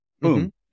Boom